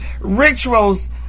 rituals